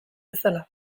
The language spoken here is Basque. bezala